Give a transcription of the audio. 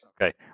Okay